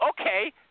Okay